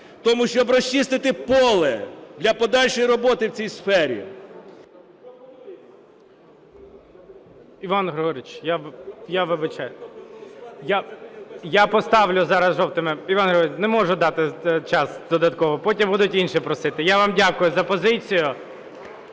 Тому, щоб розчистити поле для подальшої роботи в цій сфері…